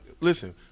listen